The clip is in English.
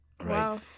Right